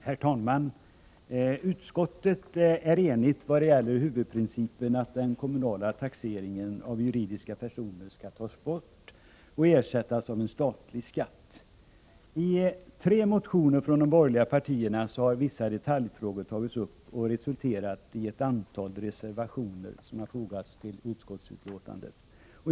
Herr talman! Utskottet är enigt vad gäller huvudprincipen att den kommunala taxeringen av juridiska personer skall tas bort och ersättas av en statlig skatt. I tre motioner från de borgerliga partierna har vissa detaljfrågor tagits upp. Det har resulterat i ett antal reservationer, som har fogats till utskottets betänkande.